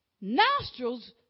nostrils